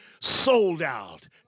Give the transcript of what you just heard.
sold-out